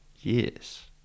Yes